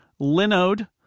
Linode